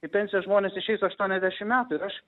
į pensiją žmonės išeis aštuoniasdešim metų ir aš